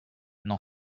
n’en